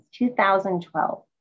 2012